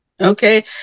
Okay